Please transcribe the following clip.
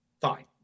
fine